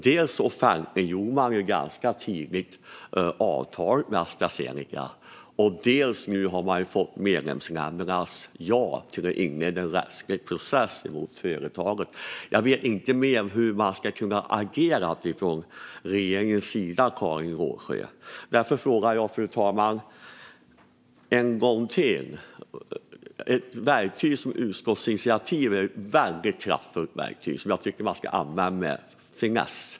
Dels offentliggjorde EU tidigt avtalet med Astra Zeneca, dels har EU fått medlemsländernas ja till att inleda en rättslig process mot företaget. Jag vet inte vad mer regeringen hade kunnat göra, Karin Rågsjö. Fru talman! Ett utskottsinitiativ är ett kraftfullt verktyg som ska användas med finess.